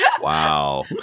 Wow